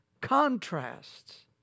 contrasts